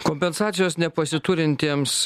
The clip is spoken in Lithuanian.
kompensacijos nepasiturintiems